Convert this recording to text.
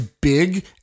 big